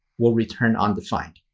will return undefined.